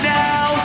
now